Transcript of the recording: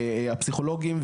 הפסיכולוגים,